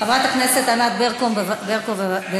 חברת הכנסת ענת ברקו, בבקשה.